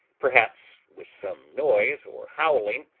perhaps with some noise or howling,